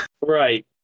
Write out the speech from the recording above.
right